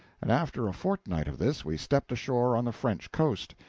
and after a fortnight of this we stepped ashore on the french coast,